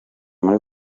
muri